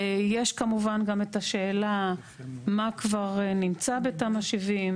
יש כמובן גם את השאלה מה כבר נמצא בתמ"א 70,